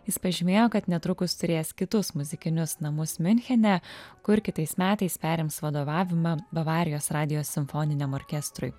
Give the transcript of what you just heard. jis pažymėjo kad netrukus turės kitus muzikinius namus miunchene kur kitais metais perims vadovavimą bavarijos radijo simfoniniam orkestrui